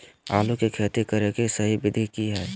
आलू के खेती करें के सही विधि की हय?